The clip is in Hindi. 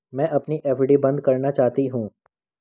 मैं अपनी एफ.डी बंद करना चाहती हूँ